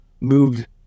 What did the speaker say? moved